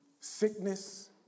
sickness